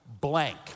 blank